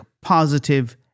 positive